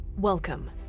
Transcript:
Welcome